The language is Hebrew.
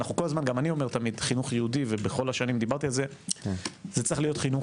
גם אני אומר תמיד ובכל השנים דיברתי על זה שזה צריך להיות חינוך